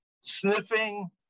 sniffing